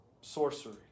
sorcery